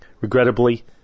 regrettably